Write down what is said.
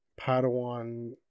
Padawan